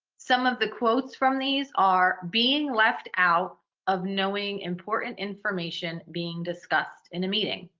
some of the quotes from these are, being left out of knowing important information being discussed in a meeting.